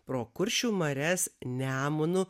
pro kuršių marias nemunu